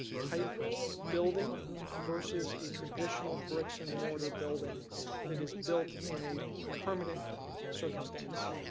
type building versus a traditional bricks and mortar building that is built in a permanent circumstance?